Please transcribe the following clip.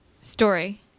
story